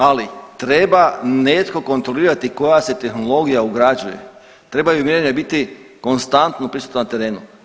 Ali treba netko kontrolirali koja se tehnologija ugrađuje, trebaju mjerenja biti konstantno prisutna na terenu.